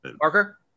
Parker